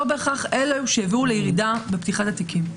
בהכרח היו אלה שהביאו לירידה בפתיחת התיקים.